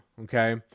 Okay